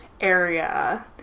area